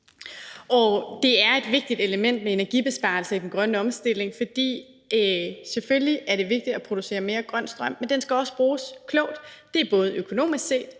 er et vigtigt element i den grønne omstilling, fordi det selvfølgelig er vigtigt at producere mere grøn strøm, men den skal også bruges klogt. Det er økonomisk set